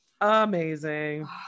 amazing